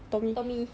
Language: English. tommy